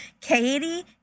Katie